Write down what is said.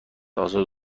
ازاد